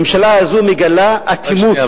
הממשלה הזו מגלה ניתוק, אטימות.